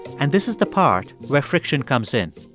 and this is the part where friction comes in.